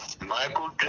Michael